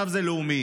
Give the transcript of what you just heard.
עכשיו זה לאומי.